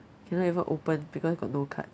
cannot even open because got no card